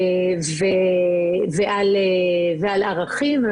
ועל ערכים,